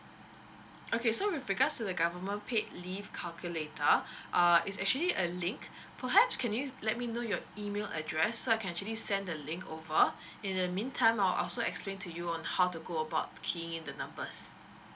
okay so with regards to the government paid leave calculator uh is actually a link perhaps can you let me know your email address so I can actually send the link over in the meantime I'll also explain to you on how to go about keying in the numbers